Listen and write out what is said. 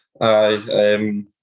Aye